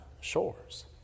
shores